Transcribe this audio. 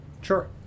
Sure